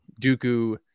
Dooku